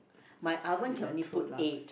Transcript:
my oven can only put eight